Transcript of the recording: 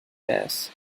ass